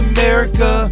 America